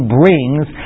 brings